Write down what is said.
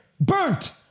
burnt